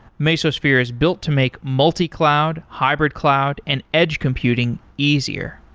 mesosphere is built to make multi-cloud, hybrid cloud and edge computing easier.